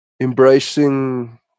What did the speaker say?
embracing